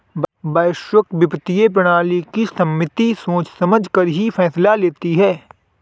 वैश्विक वित्तीय प्रणाली की समिति सोच समझकर ही फैसला लेती है